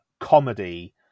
comedy